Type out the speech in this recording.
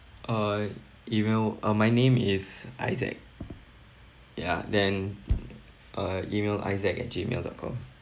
uh email uh my name is isaac yeah then uh email isaac at gmail dot com